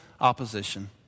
opposition